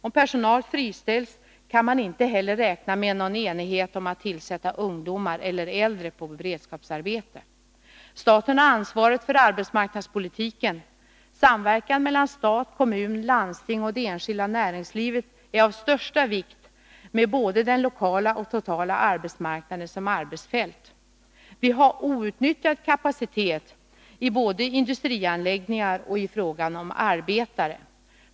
Om personal friställs kan man inte heller räkna med någon enighet om att tillsätta ungdomar eller äldre på beredskapsarbeten. Staten har ansvaret för arbetsmarknadspolitiken, och samverkan mellan stat, kommun, landsting och det enskilda näringslivet är här av största vikt, med både den lokala och den totala arbetsmarknaden som arbetsfält. Vi har outnyttjad kapacitet både i industrianläggningar och i fråga om arbetare.